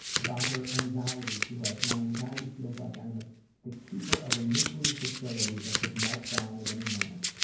about her anxiety she writes, my anxiety feels like i am ah the keeper of a nuclear facility that could melt down at any moment.